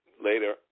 Later